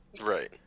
right